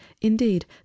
indeed